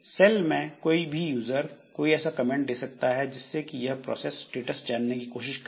शैल में भी यूज़र कोई ऐसा कमेंट दे सकता है जिससे कि वह प्रोसेस स्टेटस जानने की कोशिश करे